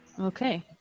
Okay